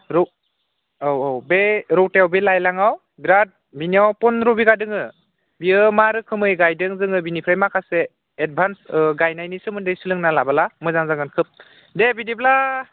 रौ औ औ बे रौथायाव बे लाइलाङाव बिराद इनियाव पन्द्र' बिगा दोङो बियो मा रोखोमै गायदों जोङो बिनिफ्राय माखासे एडभान्स गायनायनि सोमोन्दै सोलोंना लाबोला मोजां जागोन खोब दे बिदिब्ला